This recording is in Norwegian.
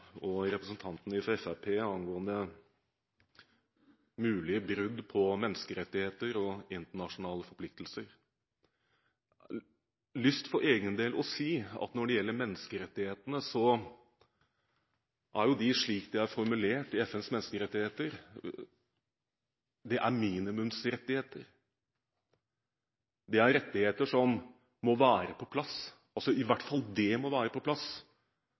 og representanten fra Fremskrittspartiet angående mulig brudd på menneskerettigheter og internasjonale forpliktelser. For egen del har jeg lyst til å si at når det gjelder menneskerettighetene, er de – slik de er formulert i FNs menneskerettigheter – minimumsrettigheter. Det er rettigheter som må være på plass, i hvert fall må de være på plass